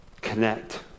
Connect